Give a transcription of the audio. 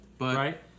Right